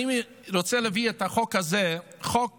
אני רוצה להביא את החוק הזה, חוק